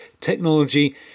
technology